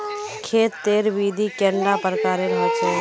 खेत तेर विधि कैडा प्रकारेर होचे?